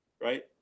right